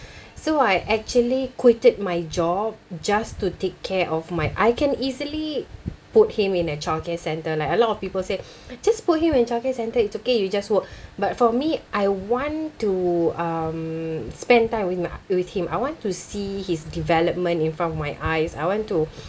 so I actually quitted my job just to take care of my I can easily put him in a childcare centre like a lot of people say just put him in childcare centre it's okay you just work but for me I want to um spend time with my with him I want to see his development in front of my eyes I want to